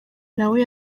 nawe